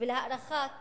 ולהרחבת